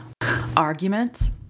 Arguments